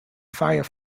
fire